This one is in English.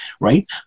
right